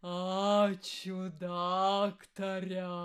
ačiū daktare